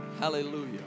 Hallelujah